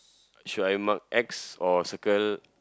should I mark X or circle